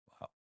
Wow